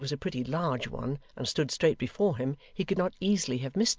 as it was a pretty large one and stood straight before him, he could not easily have missed it.